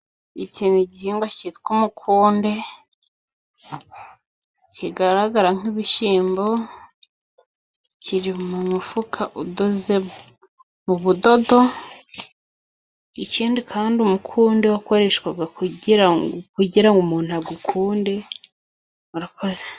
Iki ni igihingwa cyitwa umukunde kigaragara nk'ibishyimbo, kiri mu mufuka udoze mu budodo ikindi kandi umukunde, wakoreshwaga kugira umuntu agukunde, murakoze.